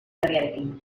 herriarekin